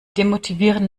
demotivieren